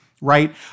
right